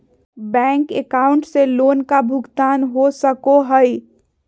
Bank account से loan का भुगतान हो सको हई?